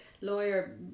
lawyer